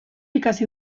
ikasi